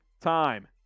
time